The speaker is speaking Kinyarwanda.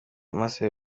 maze